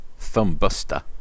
Thumbbuster